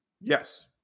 yes